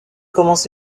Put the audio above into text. commence